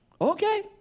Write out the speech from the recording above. Okay